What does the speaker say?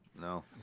No